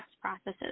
processes